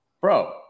Bro